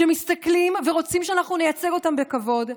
שמסתכלים ורוצים שאנחנו נייצג אותם בכבוד.